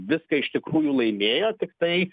viską iš tikrųjų laimėjo tiktai